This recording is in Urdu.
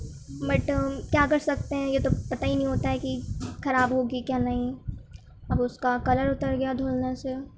بٹ کیا کر سکتے ہیں یہ تو پتہ ہی نہیں ہوتا ہے کہ خراب ہوگی کہ نہیں اب اس کا کلر اتر گیا دھلنے سے